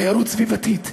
תיירות סביבתית,